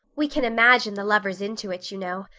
we can't imagine the lovers into it, you know.